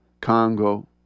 Congo